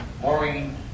Maureen